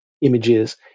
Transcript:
images